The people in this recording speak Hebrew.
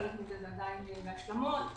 חלק מהם עדיין בהשלמות,